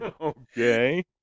Okay